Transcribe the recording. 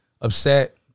upset